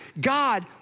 God